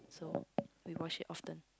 so we wash it often